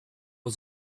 was